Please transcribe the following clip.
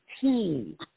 team